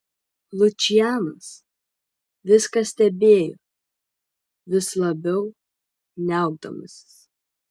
lučianas viską stebėjo vis labiau niaukdamasis